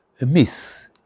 miss